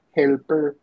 helper